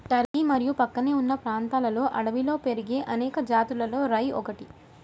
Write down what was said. Turkey మరియు ప్రక్కనే ఉన్న ప్రాంతాలలో అడవిలో పెరిగే అనేక జాతులలో రై ఒకటి